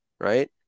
right